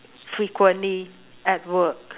frequently at work